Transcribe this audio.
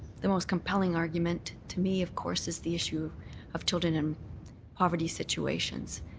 the most compelling argument to me, of course, is the issue of children in poverty situations.